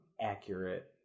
accurate